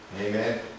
Amen